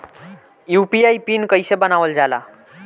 UPI pin कइसे बनावल जाला?